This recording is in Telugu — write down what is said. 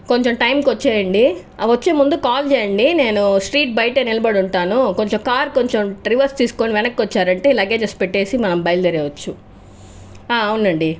కొంచెం టైంకు వచ్చేయండి వచ్చే ముందు కాల్ చేయండి నేను స్ట్రీట్ బయట నిలబడి ఉంటాను కొంచెం కార్ కొంచెం రివర్స్ తీసుకొని వెనక్కొచ్చారంటే లాగేజెస్ పెట్టేసి మనం బయల్దేర వచ్చు ఆ అవునండి